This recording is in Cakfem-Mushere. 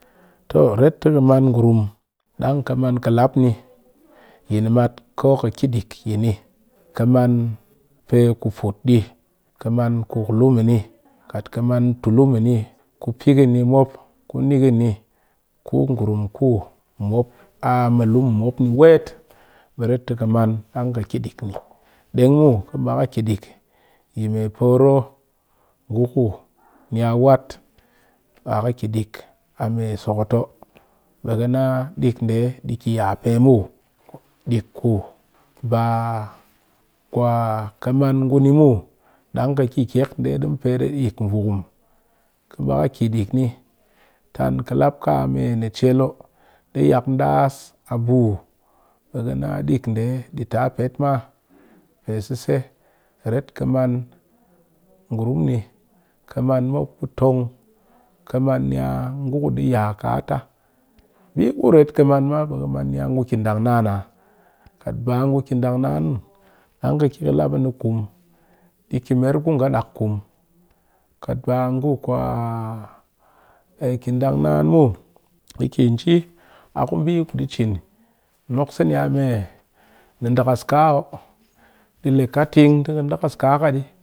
Toh! Ret ti ka man ngurum ɗang ka maan kalap ni yi nimat ko ka ki ɗik yini, ka man pe ku put ɗi, kaman kuk luu mini, kat ka man tulu mini, ku pigin ni mop ku nigin ku ngurum ku mop a ku a mu lu mu mop ni wet ɓe ret ti ka man dang ka man ka ki ɗi ni, ɗeng muw ka mba ka ki ɗik yi me poro ngu ku ni a wat a ka ki ɗik a me sokotoo! Ɓe ka nna ɗik ndee ɗi ki ya pe muw, ɗik ku ba-a kuwa ka man ngu ni muw ɗang ka ki kyek ndee ɗi mu pet a yit vukum, ka mba ka ki yi ɗik ni tan ka lap ka a me ni cel woo ɗi yak ndas a buu ɓi ka nna dik ndee ɗi ta pet ma pe sise, ret ka maan ngurum ni, ka maan mop ku tong, ka maan ni a ngu ku ɗi ya kata, mbii kuret kan ma be kamaan ni ngu ki ɗang naan a? Kat ba ngu ki dang naan muw dang ka ki lap a kuum ɗi ki mer ku nga ɗak kuum, kat ba a ngu kuwa-a ki ɗang naan muw ɗi ki nji a ku mbii ku ɗi cin nok se ni a ni me ndakas kaa woo ɗi lee ka ting ti ka ndakas kaa ka ɗii.